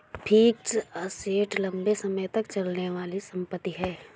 fixed assets लंबे समय तक चलने वाली संपत्ति है